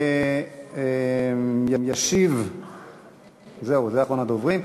הוא ציבור שורשי, הוא מרגיש חזק בעמדה שלו.